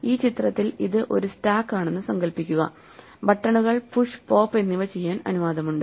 ഈ ചിത്രത്തിൽ ഇത് ഒരു സ്റ്റാക്ക് ആണെന്ന് സങ്കൽപ്പിക്കുക ബട്ടണുകൾ പുഷ് പോപ്പ് എന്നിവ ചെയ്യാൻ അനുവാദമുണ്ട്